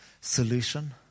solution